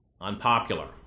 unpopular